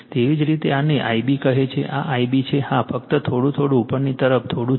તેવી જ રીતે આને Ib કહે છે આ Ib છે હા ફક્ત થોડું થોડું ઉપરની તરફ થોડું છે